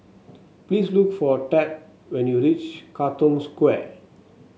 please look for Tab when you reach Katong Square